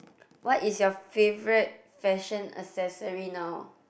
what is your favorite fashion accessory now